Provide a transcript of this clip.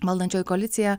valdančioji koalicija